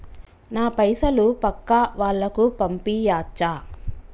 నా పైసలు పక్కా వాళ్ళకు పంపియాచ్చా?